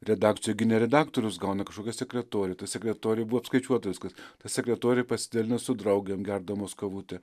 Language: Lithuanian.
redakcijoj gi ne redaktorius gauna kažkokia sekretorė sekretorė buvo apskaičiuota viskas ta sekretorė pasidalina su draugėm gerdamos kavutę